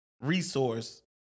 resource